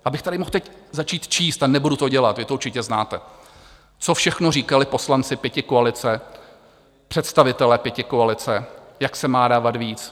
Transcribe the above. Já bych tady mohl teď začít číst a nebudu to dělat, vy to určitě znáte co všechno říkali poslanci pětikoalice, představitelé pětikoalice, jak se má dávat víc.